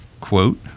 quote